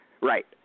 Right